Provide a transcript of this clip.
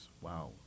Wow